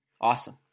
Awesome